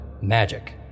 MAGIC